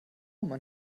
man